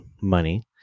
money